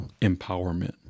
empowerment